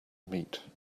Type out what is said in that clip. meat